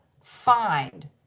find